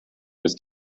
ist